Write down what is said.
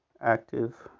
active